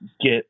get